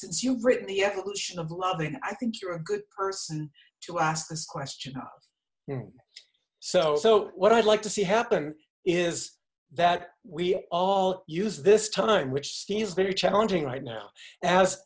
thoughts you've written the evolution of love and i think you're a good person to ask this question so what i'd like to see happen is that we all use this time which seems very challenging right now as